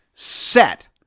set